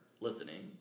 listening